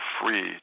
free